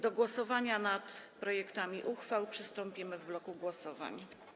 Do głosowania nad projektami uchwał przystąpimy w bloku głosowań.